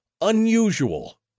unusual